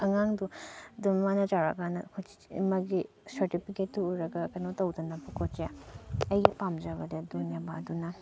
ꯑꯉꯥꯡꯗꯣ ꯑꯗꯨ ꯃꯥꯅ ꯆꯥꯎꯔꯛꯑꯀꯥꯟꯗ ꯃꯥꯒꯤ ꯁꯥꯔꯇꯤꯐꯤꯀꯦꯠꯇꯨ ꯎꯔꯒ ꯀꯩꯅꯣ ꯇꯧꯗꯅꯕꯀꯣ ꯆꯦ ꯑꯩꯒꯤ ꯄꯥꯝꯖꯕꯗꯤ ꯑꯗꯨꯅꯦꯕ ꯑꯗꯨꯅ